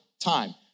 time